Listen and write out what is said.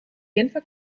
genfer